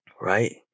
Right